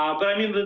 um but i mean,